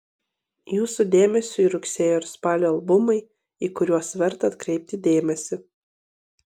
jūsų dėmesiui rugsėjo ir spalio albumai į kuriuos verta atkreipti dėmesį